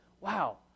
wow